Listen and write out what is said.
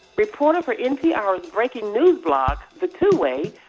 reporter for npr's breaking news blog the two-way,